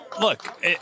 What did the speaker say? Look